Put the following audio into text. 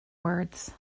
words